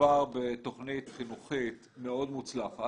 מדובר בתוכנית חינוכית מאוד מוצלחת,